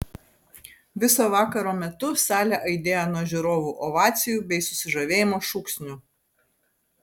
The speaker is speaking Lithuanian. viso vakaro metu salė aidėjo nuo žiūrovų ovacijų bei susižavėjimo šūksnių